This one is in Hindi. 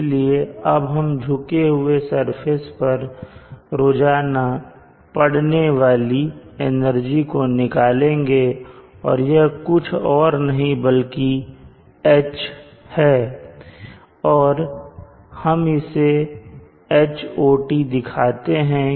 इसलिए अब हम झुके हुए सरफेस पर रोजाना पढ़ने वाली एनर्जी को निकालेंगे और यह कुछ और नहीं बल्कि H है और हम इसे से Hot दिखाते हैं